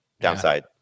downside